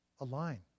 align